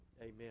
Amen